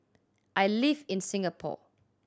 I live in Singapore